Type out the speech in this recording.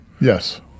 Yes